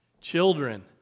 children